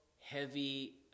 heavy